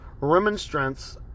remonstrance